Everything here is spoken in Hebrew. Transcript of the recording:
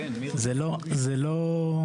זה לא,